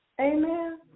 Amen